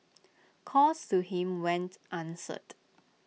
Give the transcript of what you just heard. calls to him went answered